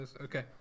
Okay